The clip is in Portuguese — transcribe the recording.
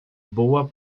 boa